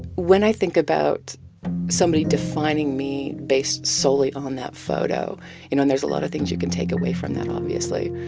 when i think about somebody defining me based solely on that photo, you know and there's a lot of things you can take away from that, obviously.